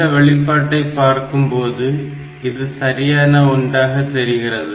இந்த வெளிப்பாட்டை பார்க்கும் போது இது சரியான ஒன்றாக தெரிகிறது